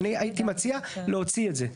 אז אני הייתי מציע להוציא את זה.